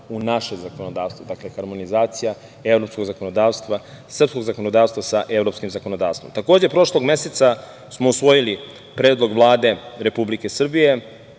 u naše zakonodavstvo. Dakle, harmonizacija evropskog zakonodavstva, srpskog zakonodavstva sa evropskih zakonodavstvom. Takođe prošlog meseca smo usvojili Predlog Vlade Republike Srbije